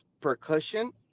percussion